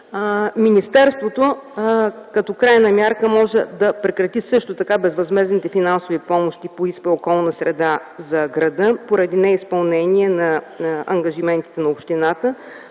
Министерството, като крайна мярка, може също така да прекрати безвъзмездните финансови помощи по ИСПА „Околна среда” за града поради неизпълнение на ангажиментите на общината,